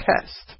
test